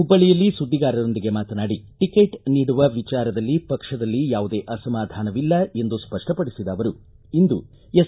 ಹುಬ್ಬಳ್ಳಿಯಲ್ಲಿ ಸುದ್ದಿಗಾರರೊಂದಿಗೆ ಮಾತನಾಡಿ ಟಿಕೆಟ್ ನೀಡುವ ವಿಚಾರದಲ್ಲಿ ಪಕ್ಷದಲ್ಲಿ ಯಾವುದೇ ಅಸಮಾಧಾನವಿಲ್ಲ ಎಂದು ಸ್ವಷ್ಪಪಡಿಸಿದ ಅವರು ಇಂದ ಎಸ್